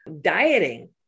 dieting